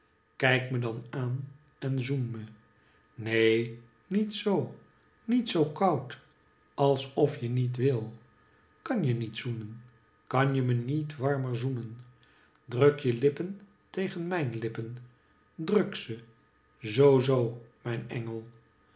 kijk me dan aan en zoen me neen niet zoo niet zoo koud als of je niet wil kan je niet zoenen kan je me niet warmer zoenen druk je lippen tegen mijn lippen druk ze zoo zoo mijn engel